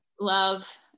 love